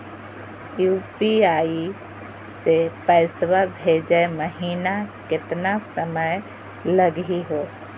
UPI स पैसवा भेजै महिना केतना समय लगही हो?